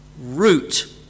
root